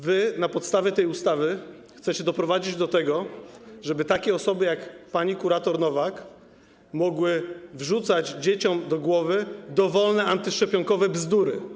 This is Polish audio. Wy na podstawie tej ustawy chcecie doprowadzić do tego, żeby takie osoby jak pani kurator Nowak mogły wrzucać dzieciom do głowy dowolne antyszczepionkowe bzdury.